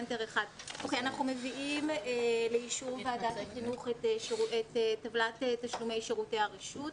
אנחנו מביאים לאישור ועדת החינוך את טבלת שירותי הרשות.